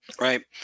Right